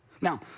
Now